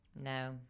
No